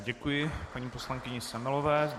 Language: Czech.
Děkuji paní poslankyni Semelové.